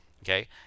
Okay